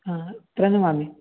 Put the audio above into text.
हा प्रणमामि